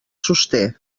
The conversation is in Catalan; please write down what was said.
sosté